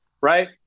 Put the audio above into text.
right